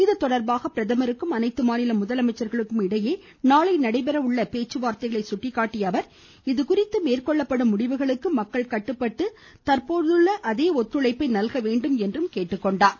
இதுதொடர்பாக பிரதமருக்கும் அனைத்து மாநில முதலமைச்சர்களுக்கும் இடையே நாளை நடைபெற உள்ள பேச்சுவார்த்தைகளை சுட்டிகாட்டிய அவர் இதுதொடர்பாக மேற்கொள்ளப்படும் முடிவுகளுக்கு மக்கள் கட்டுப்பட்டு இப்போதுள்ள கேட்டுக்கொண்டார்